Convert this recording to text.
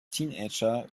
teenager